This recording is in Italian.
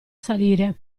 salire